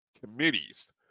committees